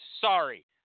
sorry